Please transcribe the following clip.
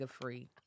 free